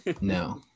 no